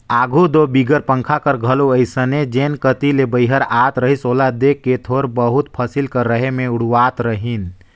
आघु दो बिगर पंखा कर घलो अइसने जेन कती ले बईहर आत रहिस ओला देख के थोर बहुत फसिल कर रहें मे उड़वात रहिन